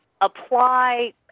apply